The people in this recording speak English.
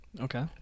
okay